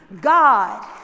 God